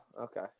Okay